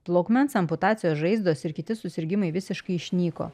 plaukmens amputacijos žaizdos ir kiti susirgimai visiškai išnyko